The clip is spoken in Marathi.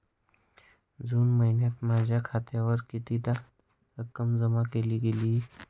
जून महिन्यात माझ्या खात्यावर कितीदा रक्कम जमा केली गेली?